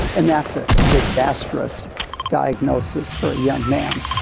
and that's a disastrous diagnosis for a young man.